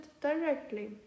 directly